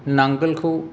नांगोलखौ